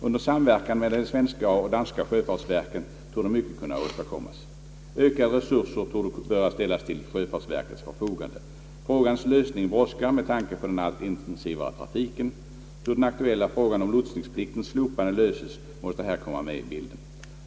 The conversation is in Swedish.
Under samverkan mellan de svenska och danska sjöfartsverken torde mycket kunna åstadkommas, Ökade resurser torde böra ställas till sjöfartsverkets förfogande. Frågans lösning brådskar med tanke på den allt intensivare trafiken. Hur den aktuella frågan om lotsningspliktens slopande löses måste här komma med i bilden.